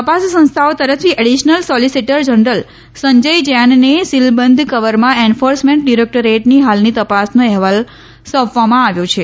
તપાસ સંસથાઓ તરફથી additional solicitor general Sanjay Sanjay જૈનને સીલબંધ કવરમાં એન્ફોર્સમેન્ટ ડીરોકટોરેટની હાલની તપાસનો અહેવાલ સોંપવામાં આવ્યો છે